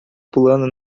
pulando